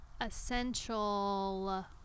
Essential